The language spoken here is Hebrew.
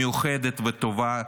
מיוחדת וטובה,